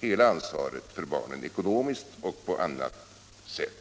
hela ansvaret för barnen, ekonomiskt och på annat sätt.